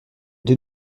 deux